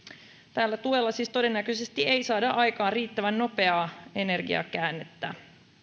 tällä tuella siis todennäköisesti ei saada aikaan riittävän nopeaa energiakäännettä